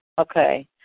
Okay